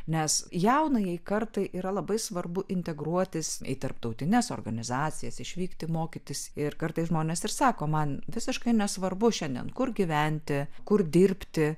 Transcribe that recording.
nes jaunajai kartai yra labai svarbu integruotis į tarptautines organizacijas išvykti mokytis ir kartais žmonės ir sako man visiškai nesvarbu šiandien kur gyventi kur dirbti